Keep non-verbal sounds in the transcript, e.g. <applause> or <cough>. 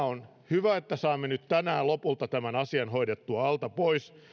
<unintelligible> on hyvä että saamme nyt tänään lopulta tämän asian hoidettua alta pois